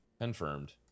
confirmed